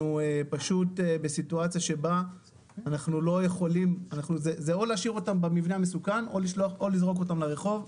אנחנו בסיטואציה שזה או להשאיר אותם במבנה המסוכן או לזרוק אותם לרחוב.